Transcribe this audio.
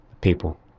people